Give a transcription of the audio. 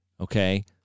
Okay